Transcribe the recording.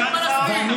ישראל, לא של פלסטין.